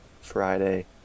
Friday